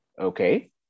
Okay